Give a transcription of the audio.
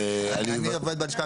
אני מבקש,